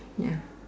ya